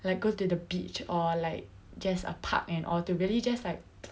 like go to the beach or like just a park and all to really just like